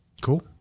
Cool